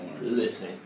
Listen